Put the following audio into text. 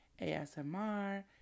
ASMR